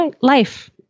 life